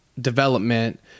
development